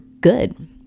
good